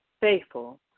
faithful